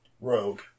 Rogue